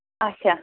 اَچھا